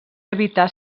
evitar